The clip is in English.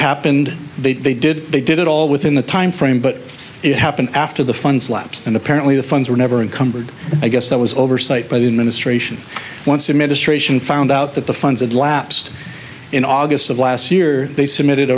happened they did they did they did it all within the timeframe but it happened after the funds lapsed and apparently the funds were never encumbered i guess that was oversight by the administration wants to ministration found out that the funds had lapsed in august of last year they submitted